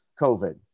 COVID